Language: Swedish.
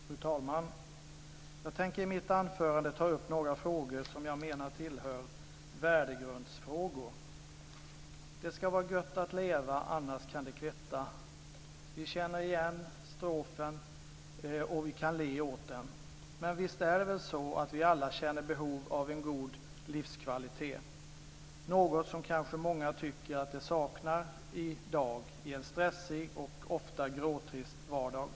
Fru talman! Jag tänker i mitt anförande ta upp några frågor som jag menar tillhör värdegrundsfrågorna. "Det ska va gött att leva annars kan det kvetta!" Vi känner igen strofen och vi kan le åt den. Men visst är det väl så att vi alla känner behov av en god livskvalitet? Det är något som kanske många tycker att de saknar i dag i en stressig och ofta gråtrist vardag.